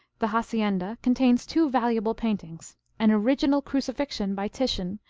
the hacienda contains two valuable paintings an original crucifixion by titian,